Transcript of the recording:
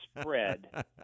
spread